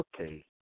Okay